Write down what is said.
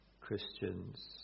Christians